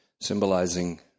symbolizing